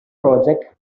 project